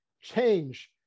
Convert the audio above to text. change